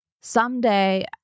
someday